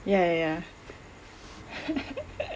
ya ya ya